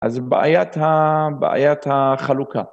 אז בעיית ה, בעיית החלוקה.